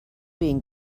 being